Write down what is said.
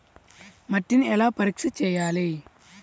మట్టిని ఎలా పరీక్ష చేయాలి?